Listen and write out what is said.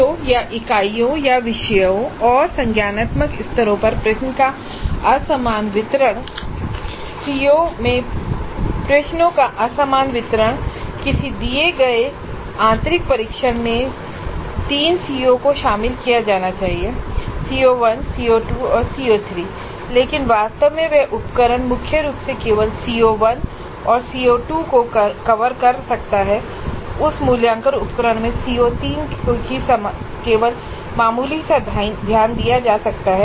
CO या इकाइयों या विषयों और संज्ञानात्मक स्तरों पर प्रश्नों का असमान वितरण सीओ में प्रश्नों का असमान वितरण किसी दिए गए आंतरिक परीक्षण में तीन CO को शामिल किया जाना चाहिए CO1 CO2 CO3 लेकिन वास्तव में वह उपकरण मुख्य रूप से केवल CO1 और CO2 को कवर कर सकता है उस मूल्यांकन उपकरण में CO3 को केवल मामूली ध्यान दिया जा सकता है